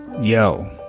Yo